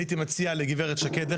אני הייתי מציע לגברת שקד,